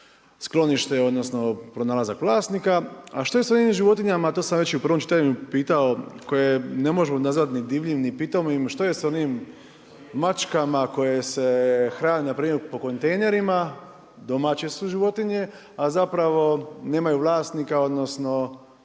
sklonište, odnosno, pronalazak vlasnika. A što je s ovim životinjama, to sam već i u prvom čitanju pitao, koje ne možemo nazvati ni divljim, ni pitomim, što je s onim mačkama koje s hrane, npr. po kontejnerima, domaće su životinje, s zapravo nemaju vlasnika, odnosno,